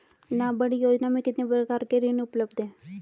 नाबार्ड योजना में कितने प्रकार के ऋण उपलब्ध हैं?